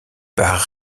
par